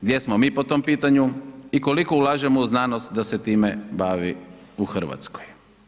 Gdje smo mi po tom pitanju i koliko ulažemo u znanost da se time bavi u Hrvatskoj?